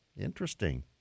Interesting